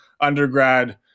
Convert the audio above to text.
undergrad